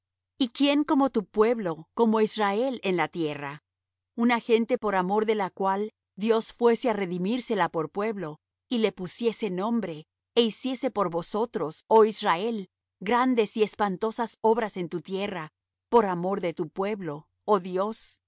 y quién como tu pueblo como israel en la tierra una gente por amor de la cual dios fuese á redimírsela por pueblo y le pusiese nombre é hiciese por vosotros oh israel grandes y espantosas obras en tu tierra por amor de tu pueblo oh dios que